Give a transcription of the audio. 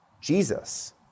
Jesus